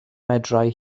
medrai